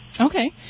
Okay